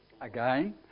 again